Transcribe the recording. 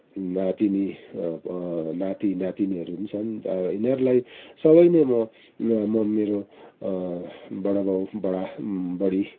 नातिनी नाति नातिनीहरू पनि छन् यिनीहरूलाई सबै नै म मेरो बडाबाउ बडा बडी